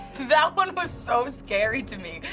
that one was so scary to me.